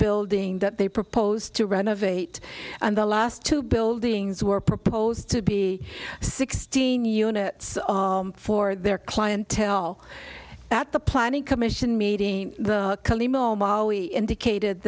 building that they proposed to renovate and the last two buildings were proposed to be sixteen units for their clientele at the planning commission meeting molly indicated